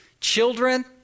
children